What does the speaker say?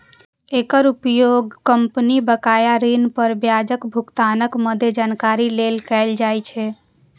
एकर उपयोग कंपनी बकाया ऋण पर ब्याजक भुगतानक मादे जानकारी लेल कैल जाइ छै